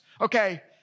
okay